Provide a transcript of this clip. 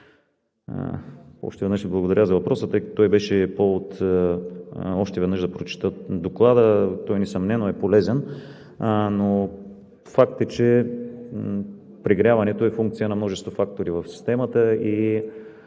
Още веднъж благодаря за въпроса, тъй като той беше повод още един път да прочета доклада. Той несъмнено е полезен. Но е факт, че прегряването е функция на множество фактори в системата и